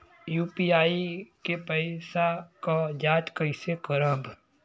UPI के पैसा क जांच कइसे करब?